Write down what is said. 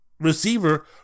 receiver